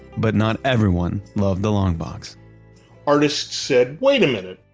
but not everyone loved the long box artists said, wait a minute,